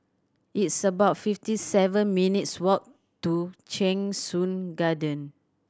it's about fifty seven minutes' walk to Cheng Soon Garden